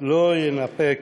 לא ינפק